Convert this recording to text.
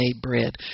bread